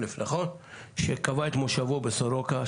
שלף, שקבע את מושבו בסורוקה.